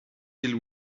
deal